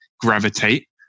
gravitate